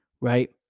right